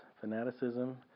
fanaticism